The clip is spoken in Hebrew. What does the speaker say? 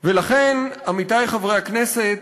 ולכן, עמיתי חברי הכנסת,